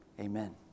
Amen